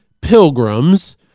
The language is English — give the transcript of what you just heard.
pilgrims